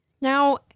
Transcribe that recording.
Now